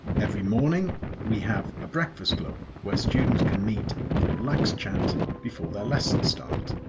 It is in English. every morning we have a breakfast club where students can meet for relaxed chat before their lessons start.